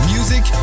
Music